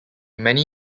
many